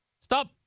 Stop